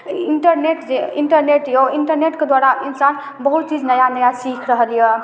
internet जे internet यऽ ओ इन्टरनेटके द्वारा इंसान बहुत चीज नया नया सीख रहल यऽ